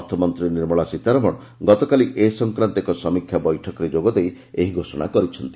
ଅର୍ଥମନ୍ତୀ ନିର୍ମଳା ସୀତାରମଣ ଗତକାଲି ଏ ସଂକ୍ରାନ୍ତ ଏକ ସମୀକ୍ଷା ବୈଠକରେ ଯୋଗଦେଇ ଏହି ଘୋଷଣା କରିଛନ୍ତି